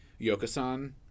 Yokosan